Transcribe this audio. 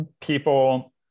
people